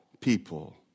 people